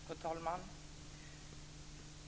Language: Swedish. Fru talman!